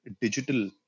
digital